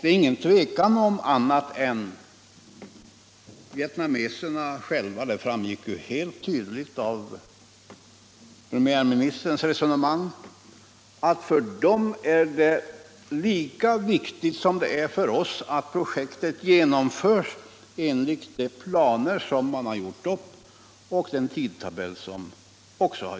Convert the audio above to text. Det är inget tvivel om — det framgick alldeles tydligt — att det är lika viktigt för vietnameserna som för oss att projektet genomförs enligt de planer och den tidtabell som gjorts upp.